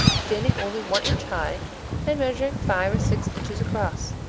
standing only one inch high and measuring five or six inches across.